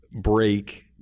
break